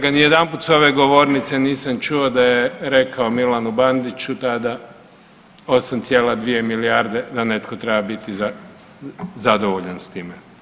Ja ga nijedanput s ove govornice nisam čuo da je rekao Milanu Bandiću tada 8,2 milijarde da netko treba biti zadovoljan s time.